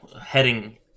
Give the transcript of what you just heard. heading